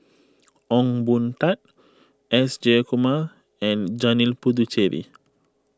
Ong Boon Tat S Jayakumar and Janil Puthucheary